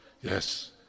Yes